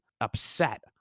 upset